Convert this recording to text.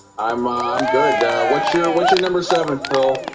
i'm um good what's your what's your number seven fill